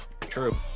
True